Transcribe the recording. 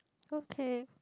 okay